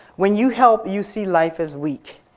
when you help, you see life as weak.